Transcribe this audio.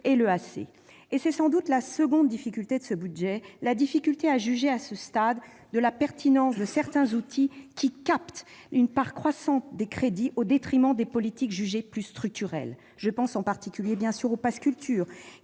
(EAC). C'est sans doute la seconde difficulté de ce budget : comment juger, à ce stade, de la pertinence de certains outils captant une part croissante des crédits, au détriment des politiques jugées plus structurelles ? Je pense, en particulier, au pass culture,